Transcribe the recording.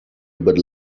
about